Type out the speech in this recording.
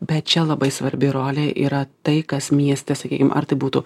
bet čia labai svarbi rolė yra tai kas mieste sakykim ar tai būtų